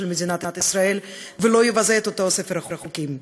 מדינת ישראל ולא יבזה את אותו ספר החוקים.